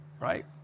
right